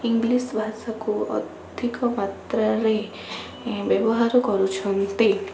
English ଭାଷାକୁ ଅଧିକ ମାତ୍ରାରେ ବ୍ୟବହାର କରୁଛନ୍ତି